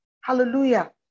Hallelujah